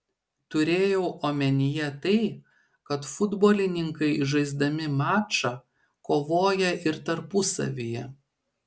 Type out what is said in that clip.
turėjau omenyje tai kad futbolininkai žaisdami mačą kovoja ir tarpusavyje